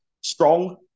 strong